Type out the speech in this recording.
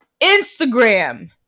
Instagram